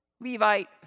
Levite